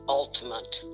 ultimate